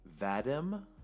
Vadim